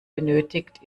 benötigt